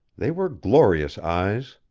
they were glorious eyes.